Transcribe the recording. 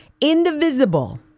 indivisible